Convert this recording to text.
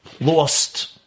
lost